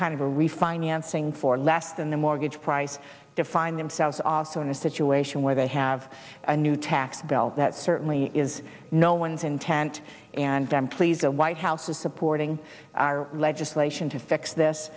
kind of a refinancing for less than the mortgage price to find themselves also in a situation where they have a new tax bill that certainly is no one's intent and damn please the white house is supporting our legislation to fix this